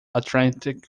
atlantic